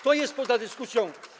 To jest poza dyskusją.